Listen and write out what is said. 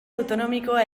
autonomikoa